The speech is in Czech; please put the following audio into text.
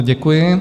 Děkuji.